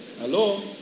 Hello